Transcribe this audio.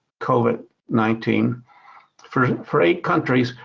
covid nineteen for for eight countries,